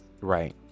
right